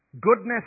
Goodness